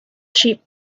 cheap